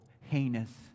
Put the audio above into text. heinous